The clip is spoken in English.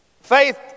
Faith